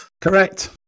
correct